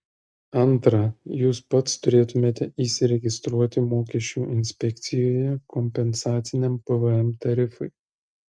antra jūs pats turėtumėte įsiregistruoti mokesčių inspekcijoje kompensaciniam pvm tarifui